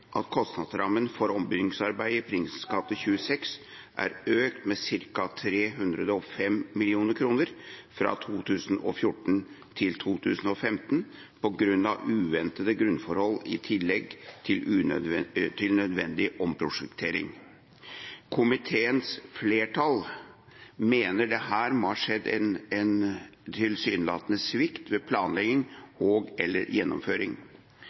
at kostnadsrammen for ombyggingsarbeidet i Prinsens gate 26 er økt med ca. 305 mill. kr fra 2014 til 2015 på grunn av uventede grunnforhold i tillegg til nødvendig omprosjektering. Komiteens flertall mener at det her må ha skjedd en tilsynelatende svikt ved planlegging og/eller gjennomføring.